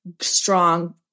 strong